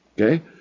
Okay